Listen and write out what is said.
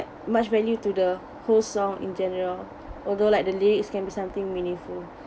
much value to the whole song in general although like the lyrics can be something meaningful